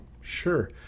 sure